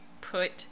put